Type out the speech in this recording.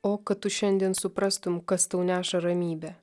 o kad tu šiandien suprastum kas tau neša ramybę